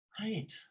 Right